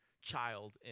child